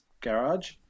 garage